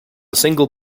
single